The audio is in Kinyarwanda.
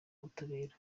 ubutabera